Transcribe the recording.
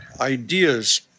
ideas